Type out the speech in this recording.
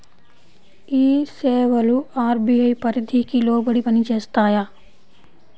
ఈ సేవలు అర్.బీ.ఐ పరిధికి లోబడి పని చేస్తాయా?